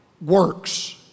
works